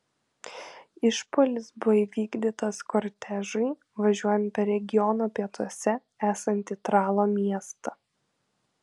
išpuolis buvo įvykdytas kortežui važiuojant per regiono pietuose esantį tralo miestą